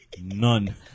none